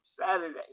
Saturday